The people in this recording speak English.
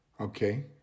Okay